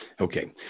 Okay